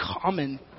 common